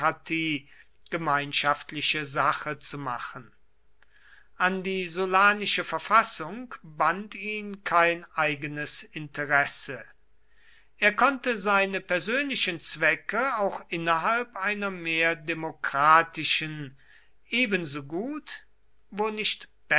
gemeinschaftliche sache zu machen an die sullanische verfassung band ihn kein eigenes interesse er konnte seine persönlichen zwecke auch innerhalb einer mehr demokratischen ebensogut wo nicht